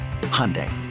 Hyundai